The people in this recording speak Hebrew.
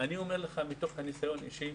אני אומר לך מתוך ניסיון אישי